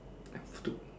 temple two